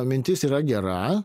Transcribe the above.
mintis yra gera